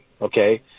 okay